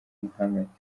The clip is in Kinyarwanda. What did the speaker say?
mahamat